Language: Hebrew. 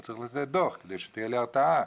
הוא צריך לתת דוח כדי שתהיה הרתעה,